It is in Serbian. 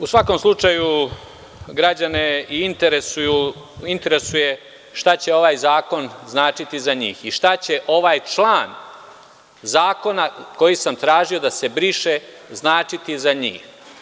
U svakom slučaju, građane interesuje šta će ovaj zakon značiti za njih i šta će ovaj član zakona koji sam tražio da se briše značiti za njih.